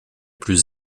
plus